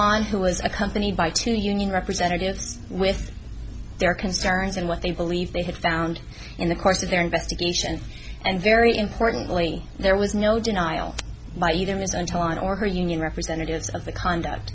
on who was accompanied by two union representatives with their concerns and what they believe they had found in the course of their investigation and very importantly there was no denial by either his own tone or her union representatives of the conduct